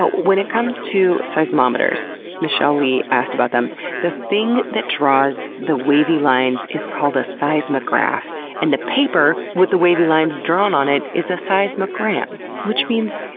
but when it comes to seismometers michelle lee asked about them the thing that draws the wavy lines is called a seismograph, and the paper with the wavy lines drawn on it is a seismogram. which means,